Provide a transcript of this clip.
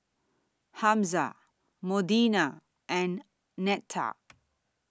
Hamza Modena and Netta